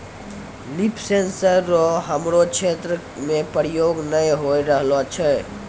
लिफ sensor रो हमरो क्षेत्र मे प्रयोग नै होए रहलो छै